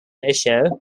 issue